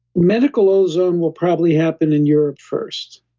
medical ozone will probably happen in europe first